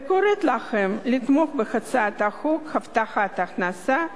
וקוראת לכם לתמוך בהצעת החוק הבטחת הכנסה,